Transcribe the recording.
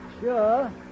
sure